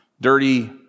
dirty